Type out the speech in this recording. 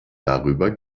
darüber